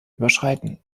überschreiten